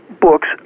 books